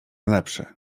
lepszy